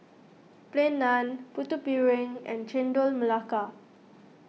Plain Naan Putu Piring and Chendol Melaka